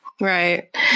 Right